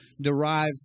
derive